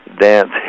dance